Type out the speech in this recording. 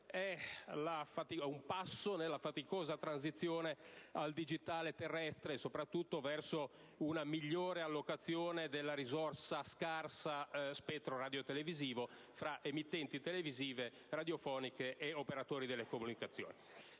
un passo nella faticosa transizione al digitale terrestre, soprattutto verso una migliore allocazione della risorsa scarsa "spettro radiotelevisivo" fra emittenti televisive e radiofoniche ed operatori delle telecomunicazioni.